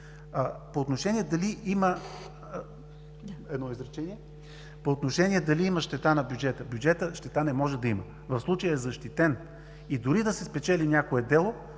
По отношение дали има щета на бюджета. Бюджетът щета не може да има, в случая е защитен. И дори да се спечели някое дело,